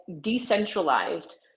decentralized